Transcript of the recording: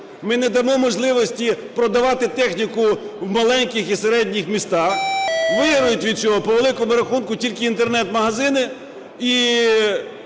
ми не дамо можливості продавати техніку в маленьких і середніх містах. Виграють від цього, по великому рахунку, тільки інтернет-магазини